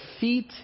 feet